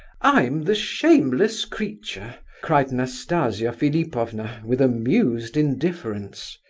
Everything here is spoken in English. i'm the shameless creature! cried nastasia philipovna, with amused indifference.